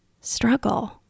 struggle